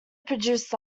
produced